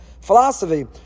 philosophy